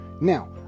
now